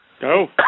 Go